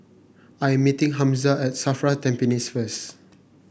I am meeting Hamza at Safra Tampines first